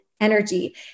energy